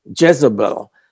Jezebel